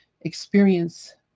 experience